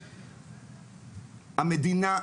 המדינה,